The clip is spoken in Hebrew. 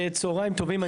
צהריים טובים.